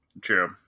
True